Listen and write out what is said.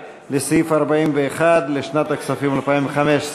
לשנת הכספים 2015,